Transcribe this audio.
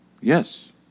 Yes